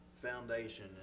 foundation